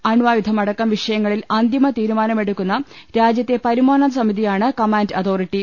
അണ്വായുധമടക്കം വിഷയങ്ങളിൽ അന്തിമതീരുമാനമെടുക്കുന്ന രാജ്യത്തെ പരമോന്നത സമിതിയാണ് കമാന്റ് അതോറിട്ടി